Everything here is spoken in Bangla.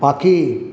পাখি